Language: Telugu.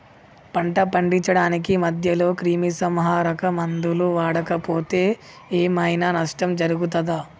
పంట పండించడానికి మధ్యలో క్రిమిసంహరక మందులు వాడకపోతే ఏం ఐనా నష్టం జరుగుతదా?